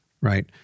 right